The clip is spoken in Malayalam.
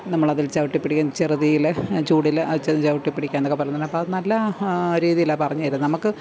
നമ്മളതിൽ ചവിട്ടി പിടിക്കുകയും ചെറുതീയില് ചൂടില് അത് ചവിട്ടി പിടിക്കാന്നൊക്കെ പറയുന്നുണ്ട് അപ്പോള് അത് നല്ലാ രീതിയിലാണു പറഞ്ഞ്തര്ന്നേ നമ്മള്ക്ക്